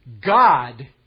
God